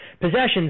possessions